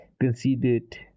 considered